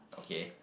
okay